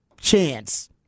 chance